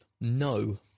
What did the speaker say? No